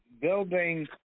building